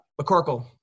McCorkle